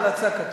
המלצה, כתוב.